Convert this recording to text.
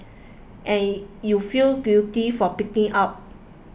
and you feel guilty for pigging out